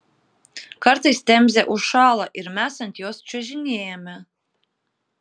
kartais temzė užšąla ir mes ant jos čiužinėjame